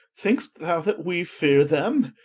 think'st thou, that we feare them?